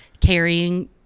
carrying